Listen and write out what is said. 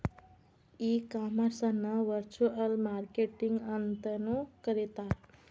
ಈ ಕಾಮರ್ಸ್ ಅನ್ನ virtual marketing ಅಂತನು ಕರೇತಾರ